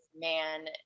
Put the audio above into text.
man